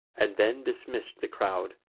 and then dismissed the crowd.